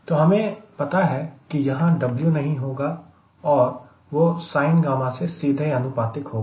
तो हमें पता है कि यहां W नहीं होगा और वह sin gamma से सीधे अनुपातिक होगा